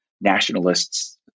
nationalists